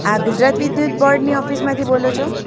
આ ગુજરાત વિદ્યુત બોર્ડની ઓફિસમાંથી બોલો છો